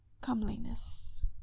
comeliness